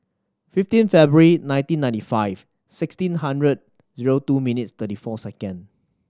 fifteen February nineteen ninety five sixteen hundred zero two minutes thirty four second